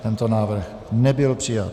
Tento návrh nebyl přijat.